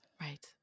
right